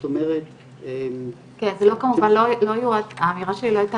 אומרת --- כמובן האמירה שלי לא הייתה